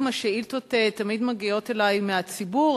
גם השאילתות תמיד מגיעות מהציבור,